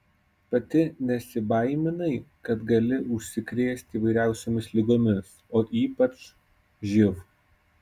pati nesibaiminai kad gali užsikrėsti įvairiausiomis ligomis o ypač živ